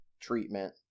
treatment